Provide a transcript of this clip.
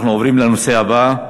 אנחנו עוברים לנושא הבא: